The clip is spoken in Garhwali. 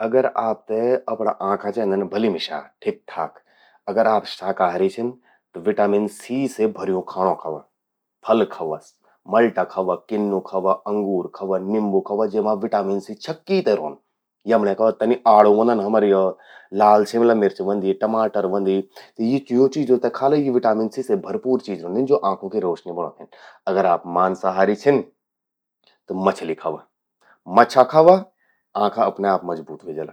अगर आपते अपरा आंखां चेंदन भलि मिस्या ठिक ठाक। त अगर आप शाकाहारी छिन त विटामिन सी से भर्यूं खाणौं खावा, फल खावा, माल्टा खावा, किन्नू खावा, अंगूर खावा, नींबू खावा जेमा विटामिन सी छक्की ते रौंद..यमण्यें खावा। तनि आड़ू व्हंदन हमरा यो, लाल शिमला मिंर्च ह्वोंदि, टमाटर ह्वंद। त यूं चीजों ते खाला यि विटामिन सी से भरपूर चीज ह्वोंदिन, ज्वो आंखूं कि रौशनी बढ़ौंदिन। अगर आप मांसाहारी छिन त मछली खावा। मच्छा खावा..आंखा अपने आप मजबूत ह्वे जाला।